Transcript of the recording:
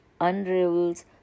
unravels